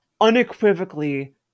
unequivocally